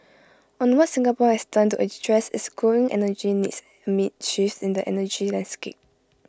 on what Singapore has done to address its growing energy needs amid shifts in the energy landscape